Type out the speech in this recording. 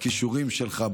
בכישורים שלך,